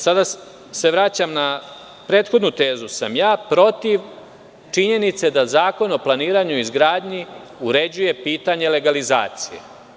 Sada se vraćam na prethodnu tezu, protiv činjenice sam da zakon o planiranju i izgradnji uređuje pitanje legalizacije.